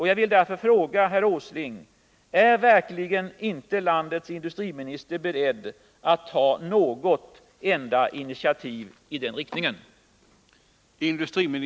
Jag vill därför fråga herr Åsling: Är verkligen inte landets industriminister beredd att ta något enda initiativ i den riktningen?